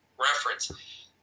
reference